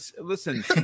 listen